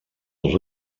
els